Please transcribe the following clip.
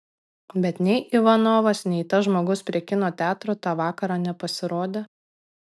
bet nei ivanovas nei tas žmogus prie kino teatro tą vakarą nepasirodė